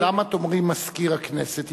למה תאמרי "מזכיר הכנסת"?